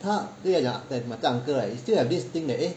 他讲 that my third uncle he still have this thing that eh